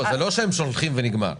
לא, זה לא שהם שולחים ונגמר.